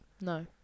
No